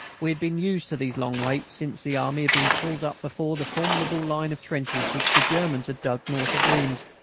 we had been used to these long waits since the army had been pulled up before the formidable line of trenches which the germans had dug north of reims.